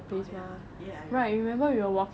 oh ya ya I remember